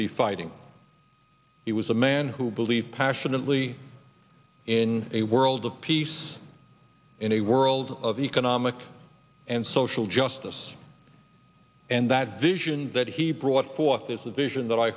be fighting he was a man who believe passionately in a world of peace in a world of economic and social justice and that vision that he brought forth is a vision that i